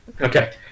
Okay